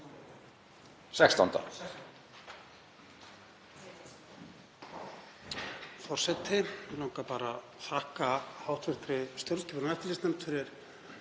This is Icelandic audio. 16.